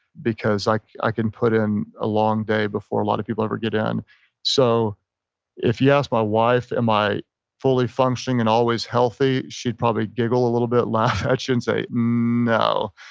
because like i can put in a long day before a lot of people ever even get in so if you ask my wife am i fully functioning and always healthy, she'd probably giggle a little bit, laugh at you and say no.